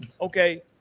okay